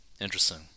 Interesting